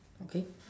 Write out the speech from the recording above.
okay